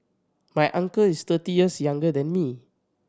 my uncle is thirty years younger than me